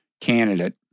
candidate